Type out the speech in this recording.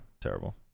terrible